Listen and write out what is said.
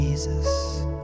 Jesus